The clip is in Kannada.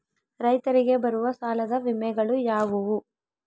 ರೈತರಿಗೆ ಬರುವ ಸಾಲದ ವಿಮೆಗಳು ಯಾವುವು?